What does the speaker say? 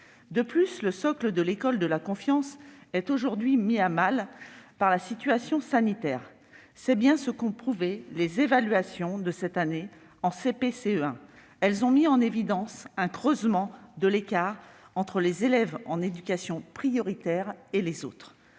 soutenir. Le socle de l'école de la confiance est aujourd'hui mis à mal par la situation sanitaire. C'est bien ce qu'ont prouvé les évaluations de cette année en CP et CE1 : elles ont mis en évidence un creusement de l'écart entre les élèves en éducation prioritaire et les autres.